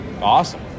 awesome